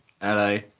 Hello